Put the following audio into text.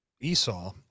Esau